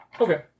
Okay